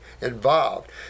involved